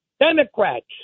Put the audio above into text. Democrats